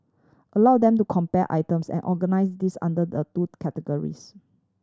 allow them to compare items and organise these under the two categories